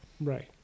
Right